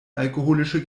alkoholische